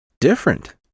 different